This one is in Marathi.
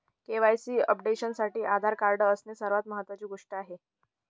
के.वाई.सी अपडेशनसाठी आधार कार्ड असणे सर्वात महत्वाची गोष्ट आहे